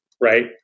right